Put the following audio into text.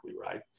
right